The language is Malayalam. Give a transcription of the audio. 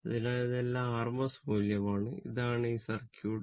അതിനാൽ ഇതെല്ലാം rms മൂല്യം ആണ് ഇതാണ് ആ സർക്യൂട്ട്